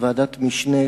ותועבר לוועדת העבודה,